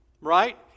Right